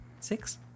Six